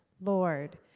Lord